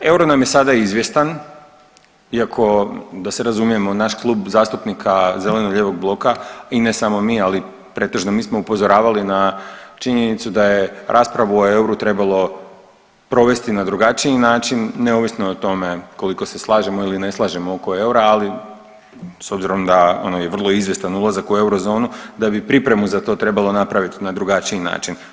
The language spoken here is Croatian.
Euro nam je sada izvjestan, iako da se razumijemo naš Klub zastupnika zeleno-lijevog bloka i ne samo mi, ali pretežno mi smo upozoravali na činjenicu da je raspravu o euru trebalo provesti na drugačiji način neovisno o tome koliko se slažemo ili ne slažemo oko eura, ali s obzirom da ono je vrlo izvjestan ulazak u eurozonu, da bi pripremu za to trebalo napraviti na drugačiji način.